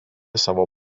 savo